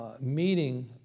meeting